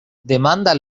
demanda